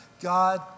God